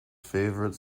favourite